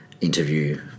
interview